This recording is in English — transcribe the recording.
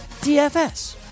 DFS